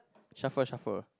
shuffle shuffle